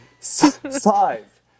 Five